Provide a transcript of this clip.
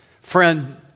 friend